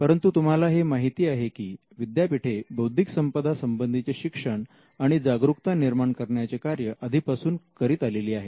परंतु तुम्हाला हे माहिती आहे की विद्यापीठे बौद्धिक संपदा संबंधीचे शिक्षण आणि जागरुकता निर्माण करण्याचे कार्य आधीपासून करीत आलेली आहेत